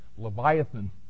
Leviathan